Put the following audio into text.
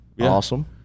awesome